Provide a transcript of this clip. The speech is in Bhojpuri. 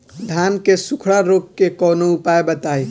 धान के सुखड़ा रोग के कौनोउपाय बताई?